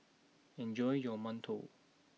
enjoy your mantou